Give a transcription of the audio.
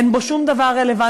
אין בו שום דבר רלוונטי,